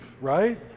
right